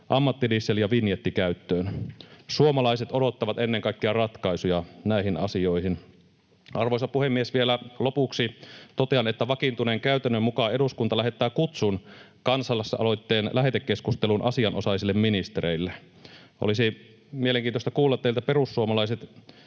ammattidiesel ja vinjetti käyttöön. Suomalaiset odottavat ennen kaikkea ratkaisuja näihin asioihin. Arvoisa puhemies! Vielä lopuksi totean, että vakiintuneen käytännön mukaan eduskunta lähettää kutsun kansalaisaloitteen lähetekeskusteluun asianosaisille ministereille. Olisi mielenkiintoista kuulla teiltä, perussuomalaiset,